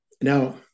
Now